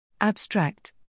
Abstract